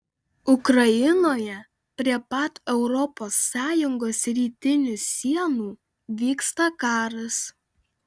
ukrainoje prie pat europos sąjungos rytinių sienų vyksta karas